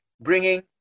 bringing